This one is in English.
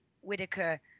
Whitaker